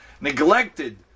neglected